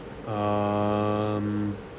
um